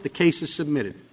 the case is submitted